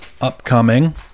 upcoming